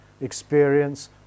experience